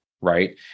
right